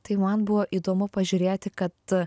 tai man buvo įdomu pažiūrėti kad